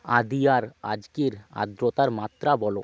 আদিয়ার আজকের আর্দ্রতার মাত্রা বলো